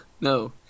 no